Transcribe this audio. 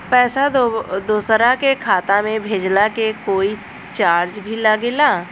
पैसा दोसरा के खाता मे भेजला के कोई चार्ज भी लागेला?